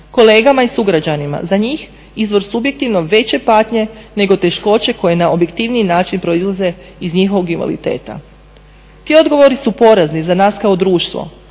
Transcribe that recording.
kolegama i sugrađanima, za njih izvor subjektivno veće patnje nego teškoće koje na objektivniji način proizlaze iu njihovog invaliditeta. Ti odgovori su porazni za nas kao društvo.